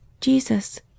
Jesus